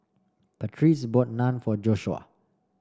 patrice bought Naan for Joshua